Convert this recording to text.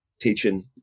teaching